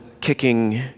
kicking